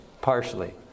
Partially